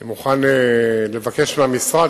אני מוכן לבקש מהמשרד,